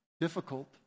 difficult